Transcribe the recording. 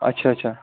اچھا اچھا